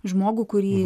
žmogų kurį